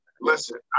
listen